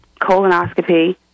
colonoscopy